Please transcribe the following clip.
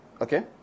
Okay